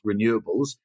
renewables